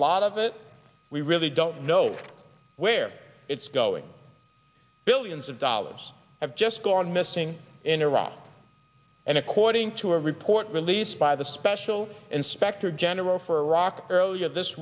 lot of it we really don't know where it's going billions of dollars have just gone missing in iraq and according to a report released by the special inspector general for iraq earlier this